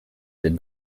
did